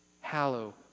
hallow